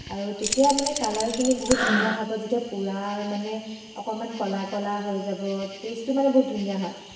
আৰু তেতিয়া মানে কালাৰখিনি বহুত ধুনীয়া হ'ব যেতিয়া পুৰাৰ মানে অকণমান ক'লা ক'লা হৈ যাব টেষ্টটো মানে বহুত ধুনীয়া হয়